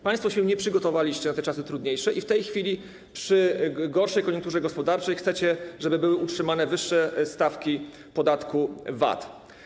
Państwo się nie przygotowaliście na czasy trudniejsze i w tej chwili przy gorszej koniunkturze gospodarczej chcecie, żeby były utrzymane wyższe stawki podatku VAT.